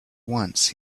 once